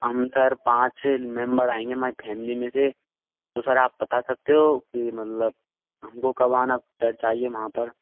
हम सर पाँच मेमबर आएँगे हमारी फेमली में से तो सर आप बता सकते हो कि मतलब हमको कब आना चाहिए वहाँ पर